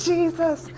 Jesus